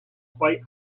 quite